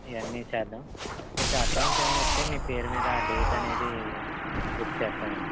ఇవన్నీ చేద్దాం కొంచెం అడ్వాన్స్ ఏమైనా ఇస్తే మీ పేరు మీద డేట్ అనేది బుక్ చేస్తామండీ